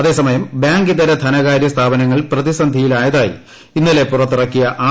അതേസമയം ബാങ്കിതര ധനകാര്യ ക്ലിഫ്പ്പനങ്ങൾ പ്രതിസന്ധിയിലായതായി ഇന്നല്ലെ പുറത്തിറക്കിയ ആർ